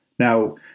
Now